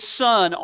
son